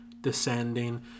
descending